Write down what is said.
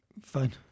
Fine